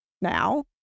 now